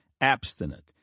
abstinent